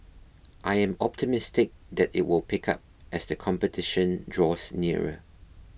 I am optimistic that it will pick up as the competition draws nearer